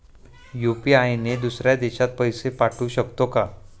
UPI ने दुसऱ्या देशात पैसे पाठवू शकतो का?